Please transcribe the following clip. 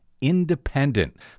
independent